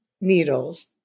needles